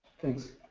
thanks.